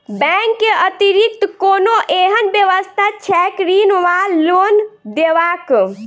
Bank केँ अतिरिक्त कोनो एहन व्यवस्था छैक ऋण वा लोनदेवाक?